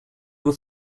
were